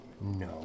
No